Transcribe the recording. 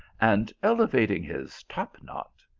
and elevating his topknot,